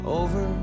over